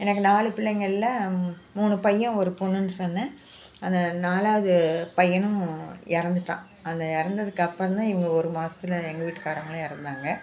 எனக்கு நாலு பிள்ளைங்களில் மூணு பையன் ஒரு பொண்ணுன்னு சொன்னேன் அந்த நாலாவது பையனும் இறந்துட்டான் அந்த இறந்ததுக்கு அப்புறம் தான் இவங்க ஒரு மாதத்துல எங்கள் வீட்டுக்காரவங்களும் இறந்தாங்க